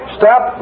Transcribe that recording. stop